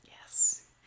Yes